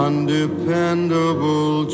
Undependable